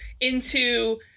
into-